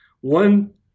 one